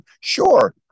Sure